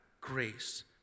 grace